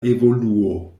evoluo